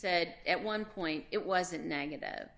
said at one point it wasn't negative